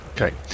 Okay